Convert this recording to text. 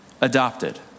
adopted